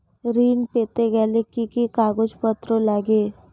ঋণ পেতে গেলে কি কি কাগজপত্র লাগে?